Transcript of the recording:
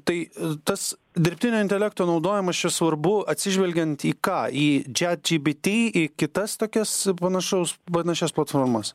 tai tas dirbtinio intelekto naudojimas čia svarbu atsižvelgiant į ką į chat gpt į kitas tokias panašaus panašias platformas